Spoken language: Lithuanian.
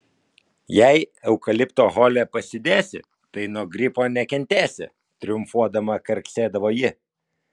jei eukalipto hole pasidėsi tai nuo gripo nekentėsi triumfuodama karksėdavo ji